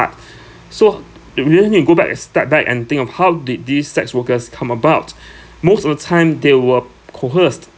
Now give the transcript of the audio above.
start so if we just need to go back a step back and think of how did these sex workers come about most of the time they were coerced